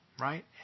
Right